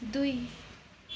दुई